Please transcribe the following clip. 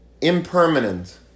impermanent